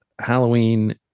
Halloween